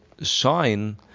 shine